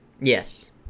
Yes